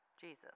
Jesus